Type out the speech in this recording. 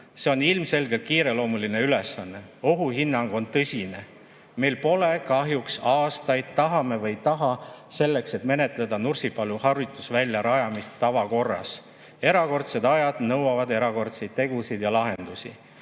See on ilmselgelt kiireloomuline ülesanne. Ohuhinnang on tõsine, meil pole kahjuks aastaid, tahame või ei taha, selleks et menetleda Nursipalu harjutusvälja rajamist tavakorras. Erakordsed ajad nõuavad erakordseid tegusid ja lahendusi.